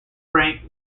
prank